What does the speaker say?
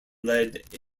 led